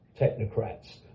technocrats